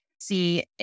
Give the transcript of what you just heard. see